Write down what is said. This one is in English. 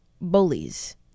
bullies